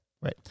right